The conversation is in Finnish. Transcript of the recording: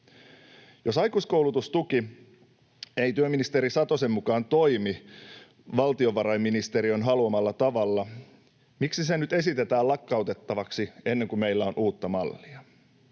Jos aikuiskoulutustuki ei työministeri Satosen mukaan toimi valtiovarainministeriön haluamalla tavalla, miksi se nyt esitetään lakkautettavaksi ennen kuin meillä on uutta mallia?